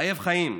תאב חיים,